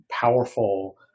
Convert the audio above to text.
powerful